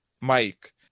Mike